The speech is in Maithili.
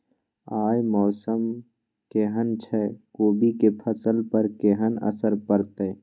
आय मौसम केहन छै कोबी के फसल पर केहन असर परतै?